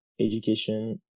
education